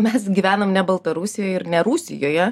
mes gyvenam ne baltarusijoj ir ne rusijoje